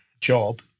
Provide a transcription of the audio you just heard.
job